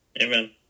Amen